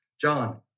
John